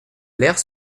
l’ère